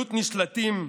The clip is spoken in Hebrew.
תלות נשלטים,